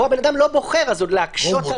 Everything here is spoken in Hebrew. פה אדם לא בוחר, אז עוד להקשות עליו?